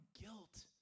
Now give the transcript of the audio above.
guilt